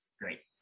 Great